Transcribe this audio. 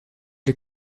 les